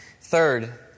Third